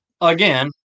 again